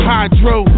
Hydro